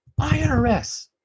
IRS